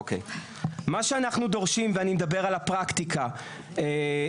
אוקי מה שאנחנו דורשים ואני מדבר על הפרקטיקה ואני